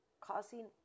causing